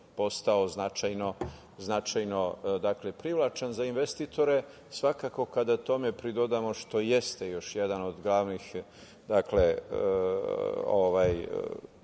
postao značajno privlačan za investitore. Svakako, kada tome pridodamo što jeste još jedan od glavnih tačaka ovog